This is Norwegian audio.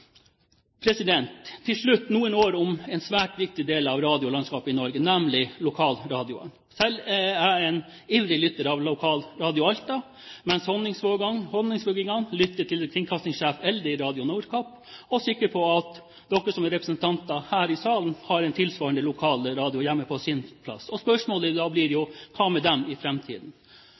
Til slutt noen ord om en svært viktig del av radiolandskapet i Norge, nemlig lokalradioen. Selv er jeg en ivrig lytter av Radio Alta, mens folk fra Honningsvåg lytter til kringkastingssjef Elde i Radio Nordkapp. Jeg er sikker på at representantene her i salen har en tilsvarende lokal radio hjemme på sin plass. Og spørsmålet blir jo da: Hva med disse i